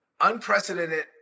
unprecedented